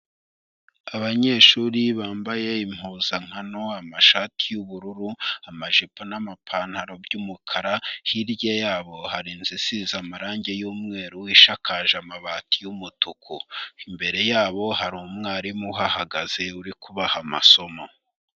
Abanyeshuri bambaye impuzankano, amashati y'ubururu, amajipo n'amapantaro by'umukara, hirya yabo hari inzu isize amarange y'umweru, ishakaje amabati y'umutuku. Imbere yabo hari umwarimu uhahagaze, uri kubaha amasomo.